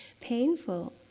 painful